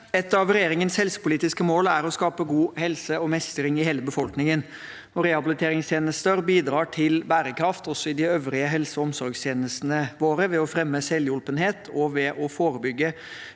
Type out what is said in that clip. Et av re- gjeringens helsepolitiske mål er å skape god helse og mestring i hele befolkningen. Rehabiliteringstjenester bidrar til bærekraft også i de øvrige helse- og omsorgstjenestene våre, ved å fremme selvhjulpenhet og ved å forebygge,